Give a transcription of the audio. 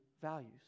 values